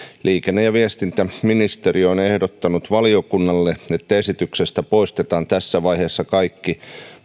liikenne ja viestintäministeriö on ehdottanut valiokunnalle että esityksestä poistetaan tässä vaiheessa kaikki